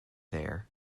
there